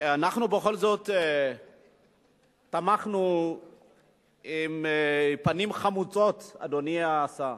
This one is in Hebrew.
בכל זאת תמכנו עם פנים חמוצות, אדוני השר.